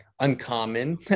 uncommon